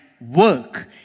work